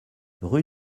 rue